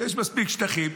יש מספיק שטחים.